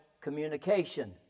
communication